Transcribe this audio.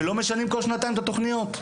שלא משנים כל שנתיים את התוכניות.